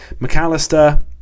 McAllister